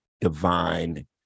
divine